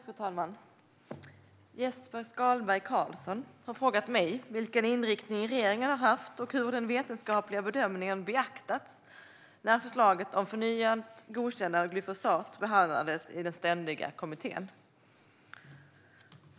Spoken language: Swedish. Fru talman! Jesper Skalberg Karlsson har frågat mig vilken inriktning regeringen har haft och hur den vetenskapliga bedömningen har beaktats när förslaget om förnyat godkännande av glyfosat behandlats i Ständiga kommittén.